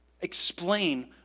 explain